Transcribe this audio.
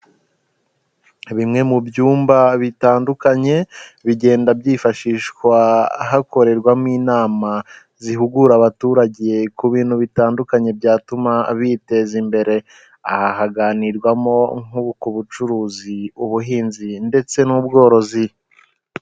Bimwe mu byumba bitandukanye bigenda byifashishwa hakorerwamo inama zihugura abaturage ku bintu bitandukanye byatuma biteza imbere, aha haganirwamo nko k'ubucuruzi, ubuhinzi ndetse n'ubworozi.